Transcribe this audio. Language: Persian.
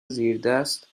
زیردست